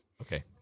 Okay